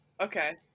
okay